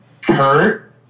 Kurt